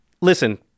listen